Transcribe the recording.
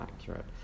accurate